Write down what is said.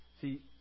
See